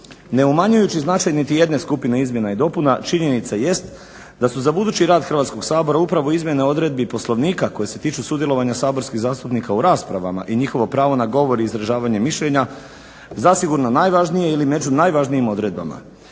ne umanjujući značaj niti jedne skupine izmjena i dopuna činjenica jest da su za budući rad Hrvatskog sabora upravo izmjene odredbi Poslovnika koje se tiču sudjelovanja saborskih zastupnika u raspravama i njihovo pravo na govor i izražavanje mišljenja zasigurno najvažnije ili među najvažnijim odredbama.